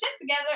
together